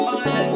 one